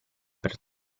per